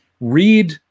read